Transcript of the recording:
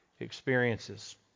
experiences